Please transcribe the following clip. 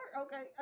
Okay